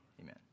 Amen